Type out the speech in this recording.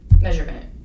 measurement